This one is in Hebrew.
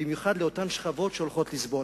במיוחד לאותן שכבות שהולכות לסבול.